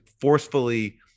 forcefully